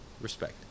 Respect